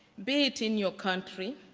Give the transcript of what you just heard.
be it in your country,